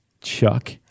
Chuck